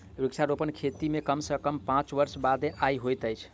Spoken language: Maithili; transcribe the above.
वृक्षारोपण खेती मे कम सॅ कम पांच वर्ष बादे आय होइत अछि